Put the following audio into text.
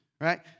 right